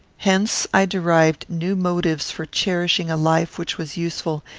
hence i derived new motives for cherishing a life which was useful,